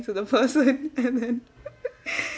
to the person and then